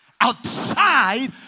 outside